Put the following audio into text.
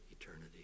eternity